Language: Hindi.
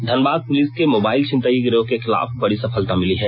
धनबाद पुलिस को मोबाइल छिनतई गिरोह के खिलाफ बड़ी सफलता मिली है